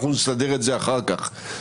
אנחנו נסדר את זה אחר כך.